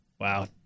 Wow